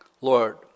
Lord